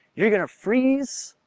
you're gonna freeze,